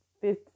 fifth